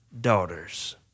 daughters